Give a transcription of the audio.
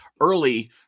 early